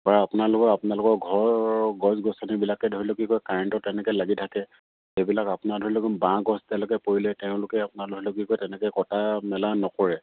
বা আপোনালোকৰ আপোনালোকৰ ঘৰ গছ গছনিবিলাকে ধৰি লওক কি কয় কাৰেণ্টৰ তেনেকে লাগি থাকে সেইবিলাক আপোনাৰ ধৰি লওক বাঁহ গছ তেওঁলোকে পৰিলে তেওঁলোকে আপোনাৰ ধৰি লওক কি কয় তেনেকে কটা মেলা নকৰে